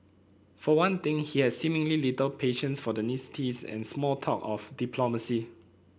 for one thing he had seemingly little patience for the and small talk of diplomacy